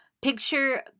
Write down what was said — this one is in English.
picture